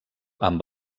amb